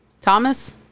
Thomas